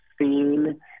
seen